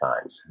times